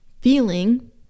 feeling